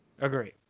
Agree